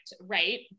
right